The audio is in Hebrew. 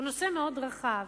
הוא נושא מאוד רחב.